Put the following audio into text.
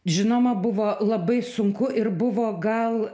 žinoma buvo labai sunku ir buvo gal